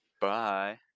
Bye